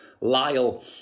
Lyle